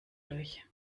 durch